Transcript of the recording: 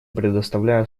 предоставлю